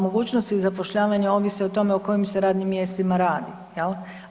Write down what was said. Mogućnosti zapošljavanja ovise o tome o kojim se radnim mjestima radi, jel.